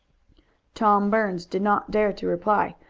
tom burns did not dare to reply,